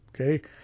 Okay